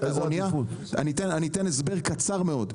אתן הסבר קצר מאוד.